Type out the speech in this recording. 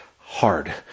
hard